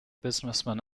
businessman